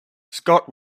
scott